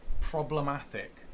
problematic